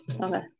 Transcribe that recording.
Okay